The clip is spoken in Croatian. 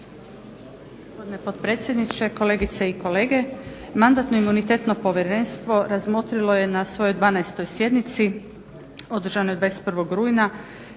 Hvala vam